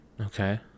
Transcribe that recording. Okay